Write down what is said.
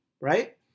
right